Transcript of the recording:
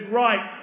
right